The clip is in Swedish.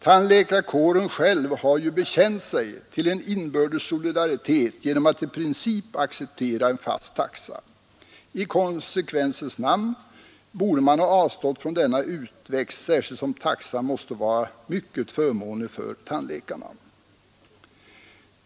Tandläkarkåren själv har ju 21 maj 1973 bekänt sig till en inbördes solidaritet genom att i princip acceptera en fast taxa. I konsekvensens namn borde man ha avstått från denna utväxt, särskilt som taxan måste vara mycket förmånlig för tandläkarna.